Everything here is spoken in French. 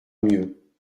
mieux